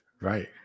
Right